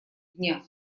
дня